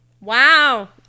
Wow